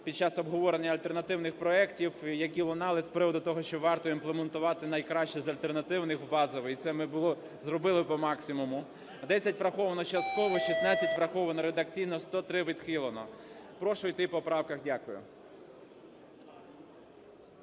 ми намагалися виконати проектів, які лунали з приводу того, що варто імплементувати найкращі з альтернативних в базовий, і це ми зробили по максимуму. 10 враховано частково, 16 враховано редакційно, 103 відхилено. Прошу йти по правках. Дякую.